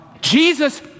Jesus